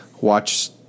watch